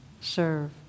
serve